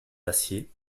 aciers